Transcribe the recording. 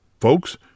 Folks